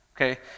okay